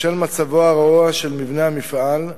בשל מצבו הרעוע של מבנה המפעל,